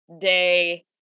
day